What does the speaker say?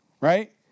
right